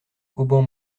auban